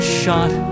shot